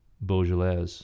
Beaujolais